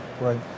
Right